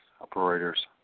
operators